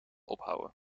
ophouden